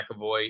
McAvoy